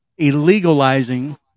illegalizing